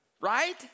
Right